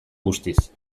guztiz